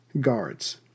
guards